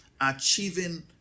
achieving